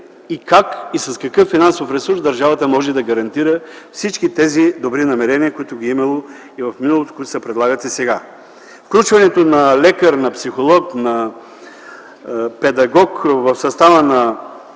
как и с какъв финансов ресурс държавата може да гарантира всички тези добри намерения, които ги е имало и в миналото, които се предлагат и сега. Включването на лекар, на психолог, на педагог в състава на